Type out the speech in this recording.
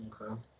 Okay